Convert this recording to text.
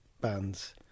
bands